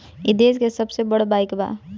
ई देस के सबसे बड़ बईक बा